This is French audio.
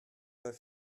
pas